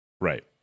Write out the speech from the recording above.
Right